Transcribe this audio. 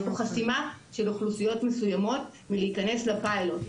יש פה חסימה של אוכלוסיות מסוימות מלהיכנס לפיילוט.